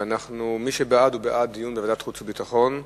מי שבעד, הוא בעד דיון בוועדת החוץ והביטחון,